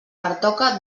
pertoca